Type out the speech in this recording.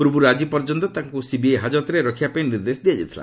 ପୂର୍ବରୁ ଆଜି ପର୍ଯ୍ୟନ୍ତ ତାଙ୍କୁ ସିବିଆଇ ହାଜତରେ ରଖିବା ପାଇଁ ନିର୍ଦ୍ଦେଶ ଦିଆଯାଇଥିଲା